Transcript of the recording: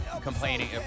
complaining